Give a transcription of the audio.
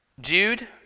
Jude